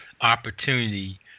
opportunity